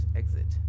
exit